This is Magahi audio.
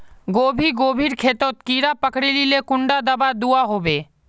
गोभी गोभिर खेतोत कीड़ा पकरिले कुंडा दाबा दुआहोबे?